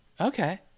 Okay